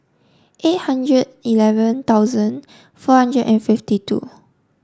eight hundred eleven thousand four hundred and fifty two